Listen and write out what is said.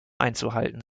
einzuhalten